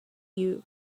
you